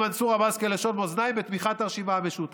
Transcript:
מנסור עבאס כלשון מאזניים בתמיכת הרשימה המשותפת?